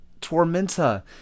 Tormenta